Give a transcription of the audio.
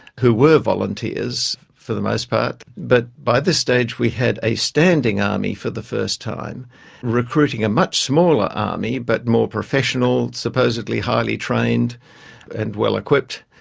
who were volunteers for the most part, but by this stage we had a standing army for the first time recruiting a much smaller army but more professional, supposedly highly trained and well equipped.